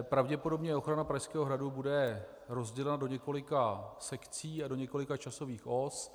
Pravděpodobně ochrana Pražského hradu bude rozdělena do několika sekcí a do několika časových os.